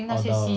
oh the